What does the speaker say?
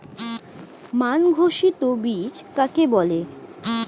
মান ঘোষিত বীজ কাকে বলে?